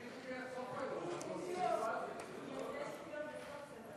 חוק ומשפט להכנה לקריאה שנייה ושלישית.